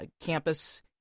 campus